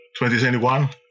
2021